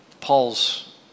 Paul's